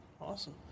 awesome